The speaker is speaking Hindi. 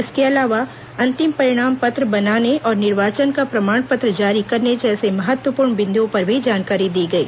इसके अलावा अंतिम परिणाम पत्र बनाने और निर्वाचन का प्रमाण पत्र जारी करने जैसे महत्वपूर्ण बिन्दुओं पर भी जानकारी दी गई